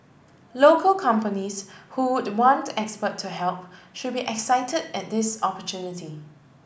local companies who would want expert to help should be excited at this opportunity